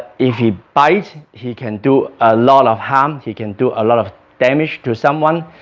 if he bites he can do a lot of harm he can do a lot of damage to someone